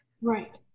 Right